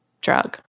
drug